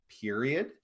period